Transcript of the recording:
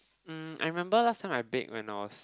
um I remember last time I bake when I was